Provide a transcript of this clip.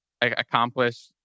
accomplish